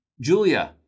Julia